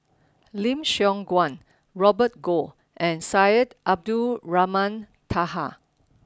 Lim Siong Guan Robert Goh and Syed Abdulrahman Taha